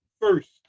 first